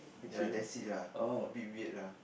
ya that's it lah a bit weird lah